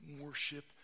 worship